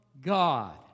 God